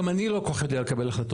גם אני לא כל כך יודע לקבל החלטות.